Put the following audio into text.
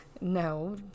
No